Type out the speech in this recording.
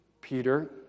Peter